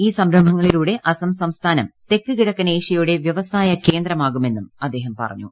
ഈ സംരംഭങ്ങളിലൂടെ അസ്സാം സംസ്ഥാനം ത്രെക്കു കിഴക്കൻ ഏഷ്യയുടെ വ്യവസായ കേന്ദ്രമാകുമെന്നുംആദ്ദേഹം പറഞ്ഞു